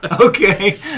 Okay